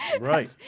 right